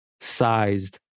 sized